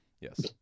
Yes